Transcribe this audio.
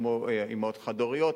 כמו אמהות חד-הוריות,